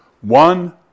One